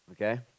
okay